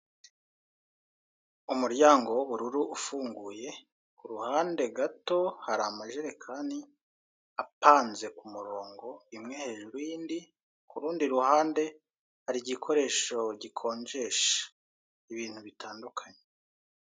Umuryango w'ubururu ufunguye ku ruhande gato hari amajerekani apanze ku murongo mwe hejuru y'indi ku rundi ruhande hari igikoresho gikonjesha ibintu bitandukanye.